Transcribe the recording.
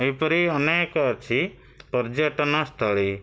ଏହିପରି ଅନେକ ଅଛି ପର୍ଯ୍ୟଟନସ୍ଥଳୀ